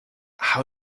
how